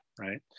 right